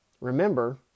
remember